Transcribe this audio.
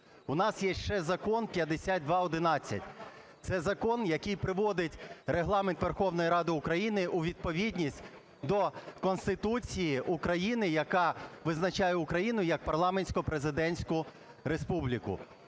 у нас є ще закон 5211. Це закон, який приводить Регламент Верховної Ради України у відповідність до Конституції України, яка визначає Україну як парламентсько-президентську республіку.